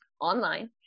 online